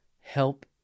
help